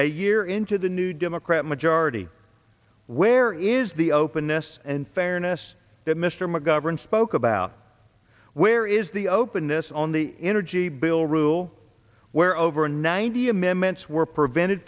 a year into the new democrat majority where is the openness and fairness that mr mcgovern spoke about where is the openness on the energy bill rule where over ninety amendments were prevented